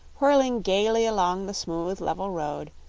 whirling gaily along the smooth, level road,